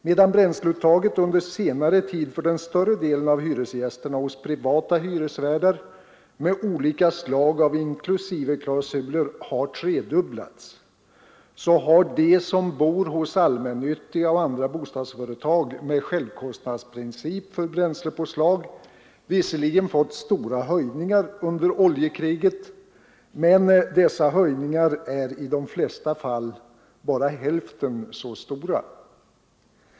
Medan bränslepåslaget under senare tid för den större delen av hyresgästerna hos privata hyresvärdar med olika slag av inklusiveklausuler har tredubblats, har de som bor hos allmännyttiga och andra bostadsföretag med självkostnadsprincip för bränslepåslag visserligen fått stora höjningar under oljekriget, men dessa höjningar är i de flesta fall bara hälften så stora.